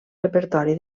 repertori